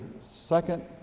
second